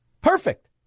Perfect